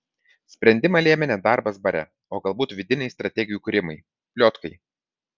sprendimą lėmė ne darbas bare o galbūt vidiniai strategijų kūrimai pliotkai